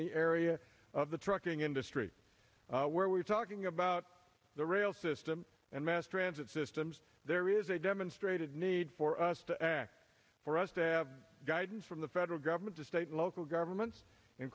the area of the trucking industry where we're talking about the rail system and mass transit systems there is a demonstrated need for us to act for us to have guidance from the federal government to state local governments in